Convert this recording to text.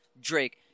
Drake